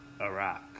Iraq